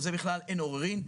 על זה בכלל אין עוררין.